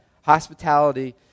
Hospitality